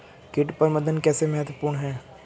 कीट प्रबंधन कैसे महत्वपूर्ण है?